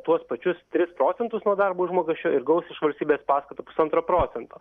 tuos pačius tris procentus nuo darbo užmokesčio ir gaus iš valstybės paskatą pusantro procento